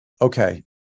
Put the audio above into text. Okay